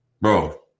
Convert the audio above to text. Bro